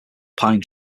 pine